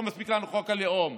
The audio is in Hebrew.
לא מספיק לנו חוק הלאום?